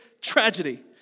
tragedy